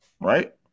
Right